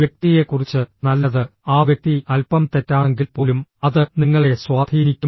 വ്യക്തിയെക്കുറിച്ച് നല്ലത് ആ വ്യക്തി അൽപ്പം തെറ്റാണെങ്കിൽപ്പോലും അത് നിങ്ങളെ സ്വാധീനിക്കും